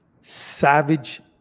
savage